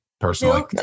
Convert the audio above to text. Personally